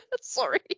Sorry